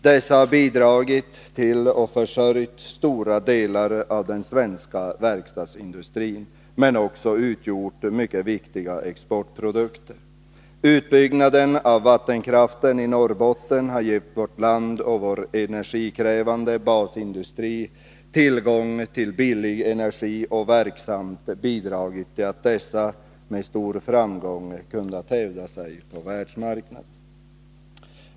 Dessa har bidragit till och försörjt stora delar av den svenska verkstadsindustrin men också utgjort mycket viktiga exportproducenter. Utbyggnaden av vattenkraften i Norrbotten har gett vårt land och vår energikrävande basindustri tillgång till billig energi, och den har verksamt bidragit till att man med stor framgång kunnat hävda sig på världsmarknaden.